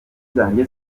zanjye